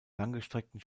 langgestreckten